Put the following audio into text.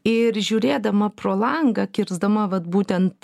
ir žiūrėdama pro langą kirsdama vat būtent